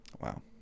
Wow